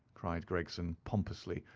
cried gregson, pompously,